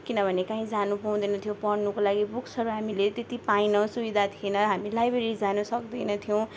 किनभने कहीँ जानु पाउँदैन्थ्यो पढ्नुको लागि बुक्सहरू हामीले त्यति पाएनौँ सुविधा थिएन हामी लाइब्रेरी जान सक्दैनथियौँ